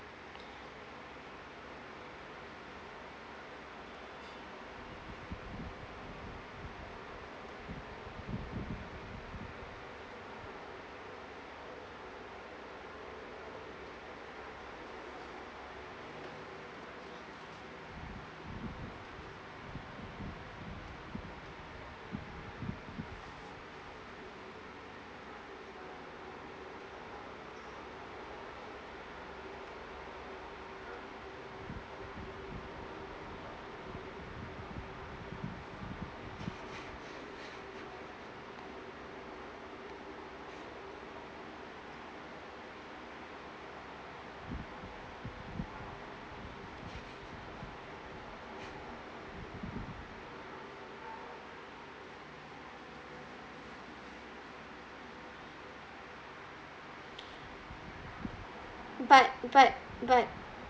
but but but